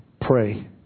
pray